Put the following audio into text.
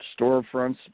storefronts